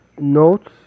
notes